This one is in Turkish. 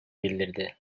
bildirdi